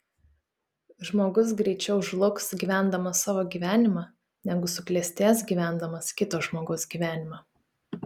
žmogus greičiau žlugs gyvendamas savo gyvenimą negu suklestės gyvendamas kito žmogaus gyvenimą